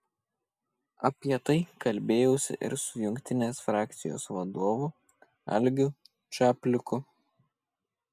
apie tai kalbėjausi ir su jungtinės frakcijos vadovu algiu čapliku